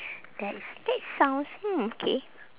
there is that sounds hmm K